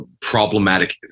problematic